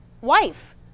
wife